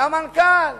והמנכ"ל,